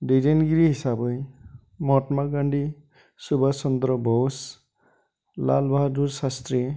दैदेनगिरि हिसाबै महत्मा गान्धि सुबास चन्द्र ब'स लाल बाहादुर सासत्रि